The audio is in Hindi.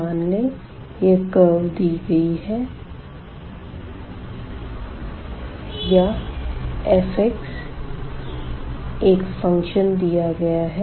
मान लें यह कर्व दी गई है या f एक फंक्शन दिया गया है